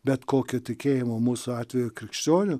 bet kokio tikėjimo mūsų atveju krikščionių